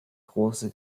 große